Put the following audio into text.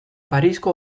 parisko